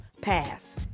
pass